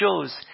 shows